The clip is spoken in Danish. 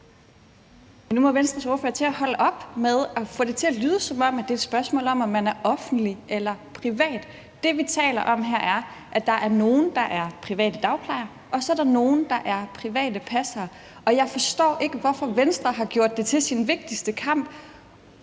Nu må Venstres ordfører til at holde op med at få det til at lyde, som om det er et spørgsmål om, om man er offentlig eller privat. Det, vi taler om her, er, at der er nogle, der er private dagplejere, og at der så er nogle, der er private passere. Og jeg forstår ikke, hvorfor Venstre har gjort det til sin vigtigste kamp,